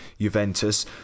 Juventus